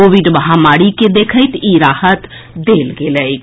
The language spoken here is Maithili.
कोविड महामारी के देखैत ई राहत देल गेल अछि